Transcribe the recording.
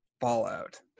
fallout